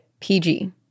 PG